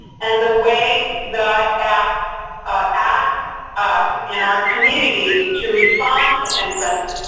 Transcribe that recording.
and the way that act asks us in our community to respond to infants,